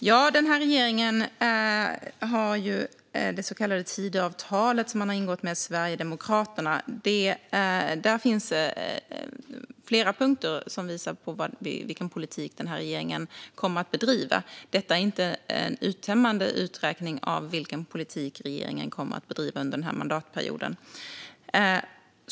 Fru talman! I det så kallade Tidöavtalet som regeringen har ingått med Sverigedemokraterna finns flera punkter som visar vilken politik regeringen kommer att bedriva. Detta är inte en uttömmande uppräkning av vilken politik regeringen kommer att bedriva under mandatperioden.